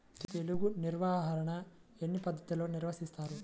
తెగులు నిర్వాహణ ఎన్ని పద్ధతుల్లో నిర్వహిస్తారు?